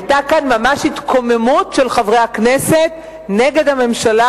היתה כאן ממש התקוממות של חברי הכנסת נגד הממשלה,